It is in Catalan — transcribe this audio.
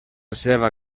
seva